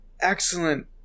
excellent